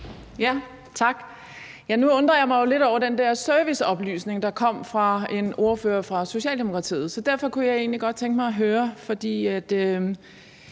Tak. Nu undrer jeg mig jo lidt over den der serviceoplysning, der kom fra ordføreren for Socialdemokratiet. Så derfor kunne jeg egentlig godt tænke mig at høre noget.